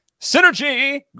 synergy